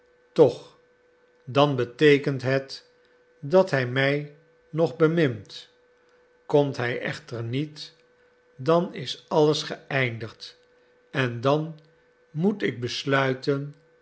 toch dan beteekent het dat hij mij nog bemint komt hij echter niet dan is alles geëindigd en dan moet ik besluiten